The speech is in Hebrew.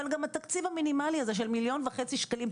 אבל גם התקציב המינימלי הזה של מליון וחצי שקלים,